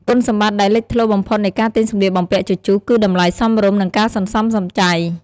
គុណសម្បត្តិដែលលេចធ្លោបំផុតនៃការទិញសម្លៀកបំពាក់ជជុះ គឺតម្លៃសមរម្យ និងការសន្សំសំចៃ។